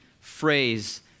phrase